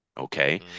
Okay